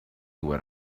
what